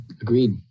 agreed